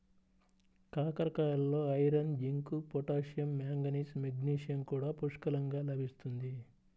కాకరకాయలలో iron, zinc, potassium, manganese, magnesium కూడా పుష్కలంగా లభిస్తుంది